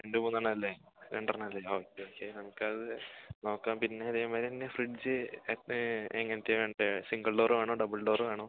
രണ്ട് മൂന്നെണ്ണം അല്ലേ രണ്ടെണ്ണം അല്ലേ ഓക്കെ ഓക്കെ നമുക്കത് നോക്കാം പിന്നെ അതേമാതിരി തന്നെ ഫ്രിഡ്ജ് എങ്ങനത്തെയാണ് വേണ്ടത് സിംഗിൾ ഡോറ് വേണോ ഡബിൾ ഡോറ് വേണോ